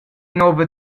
nova